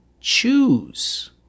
choose